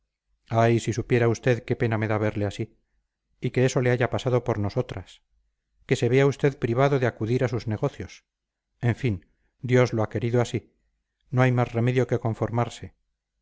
ay si supiera usted qué pena me da verle así y que eso le haya pasado por nosotras que se vea usted privado de acudir a sus negocios en fin dios lo ha querido así no hay más remedio que conformarse